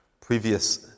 Previous